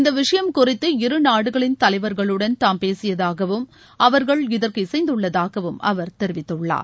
இந்த விஷயம் குறித்து இருநாடுகளின் தலைவர்களுடன் தாம் பேசியதாகவும் அவர்கள் இதற்கு இசைந்துள்ளதாகவும் அவர் தெரிவித்துள்ளார்